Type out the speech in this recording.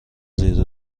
زیر